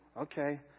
okay